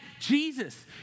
Jesus